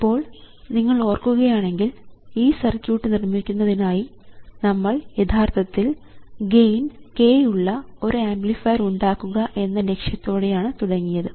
ഇപ്പോൾ നിങ്ങൾ ഓർക്കുകയാണെങ്കിൽ ഈ സർക്യൂട്ട് നിർമ്മിക്കുന്നതിനായി നമ്മൾ യഥാർത്ഥത്തിൽ ഗെയിൻ k ഉള്ള ഒരു ആംപ്ലിഫയർ ഉണ്ടാക്കുക എന്ന ലക്ഷ്യത്തോടെയാണ് തുടങ്ങിയത്